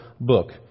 book